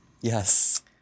Yes